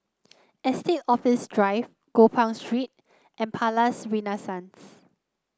Estate Office Drive Gopeng Street and Palais Renaissance